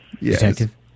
Detective